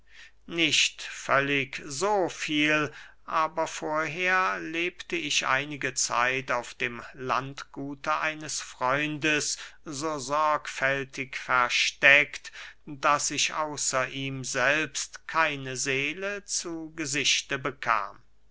nicht völlig so viel aber vorher lebte ich einige zeit auf dem landgute eines freundes so sorgfältig versteckt daß ich außer ihm selbst keine seele zu gesichte bekam